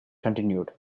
continued